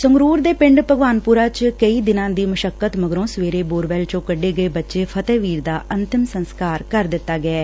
ਸੰਗਰੂਰ ਦੇ ਪਿੰਡ ਭਗਵਾਨਪੁਰ ਚ ਕਈ ਦਿਨਾਂ ਦੀ ਮਸ਼ੱਕਤ ਮਗਰੋ ਸਵੇਰੇ ਬੋਰਵੈੱਲ ਚੋ ਕੱਢੇ ਗਏ ਬੱਚੇ ਫਤਿਹਵੀਰ ਦਾ ਅੰਤਮ ਸੰਸਕਾਰ ਕਰ ਦਿੱਤਾ ਗਿਐ